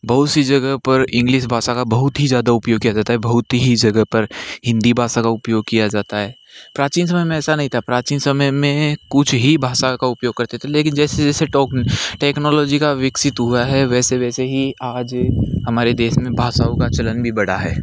बहुत सी जगह पर इंग्लिश भाषा का बहुत ही ज़्यादा उपयोग किया जाता है बहुत ही जगह पर हिंदी भाषा का उपयोग किया जाता है प्राचीन समय में ऐसा नहीं था प्राचीन समय में कुछ ही भाषा का उपयोग करते थे लेकिन जैसे जैसे टोक टेक्नोलॉजी का विकसित हुआ है वैसे वैसे ही आज हमारे देश में भाषाओं का चलन भी बढ़ा है